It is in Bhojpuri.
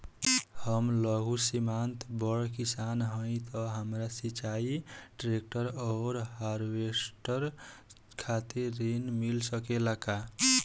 हम लघु सीमांत बड़ किसान हईं त हमरा सिंचाई ट्रेक्टर और हार्वेस्टर खातिर ऋण मिल सकेला का?